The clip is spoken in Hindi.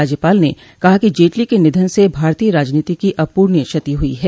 राज्यपाल ने कहा कि जेटली के निधन से भारतीय राजनीति की अपूर्णीय क्षति हुई है